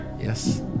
Yes